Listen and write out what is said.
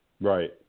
Right